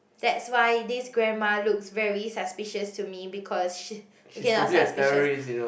that's why this grandma looks very suspicious to me because she~ okay not suspicious